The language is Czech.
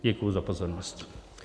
Děkuji za pozornost.